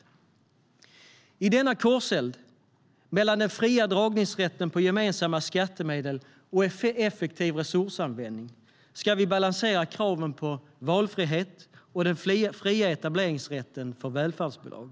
I denna korseld mellan den fria dragningsrätten på gemensamma skattemedel och effektiv resursanvändning ska vi balansera kraven på valfrihet och den fria etableringsrätten för välfärdsbolag.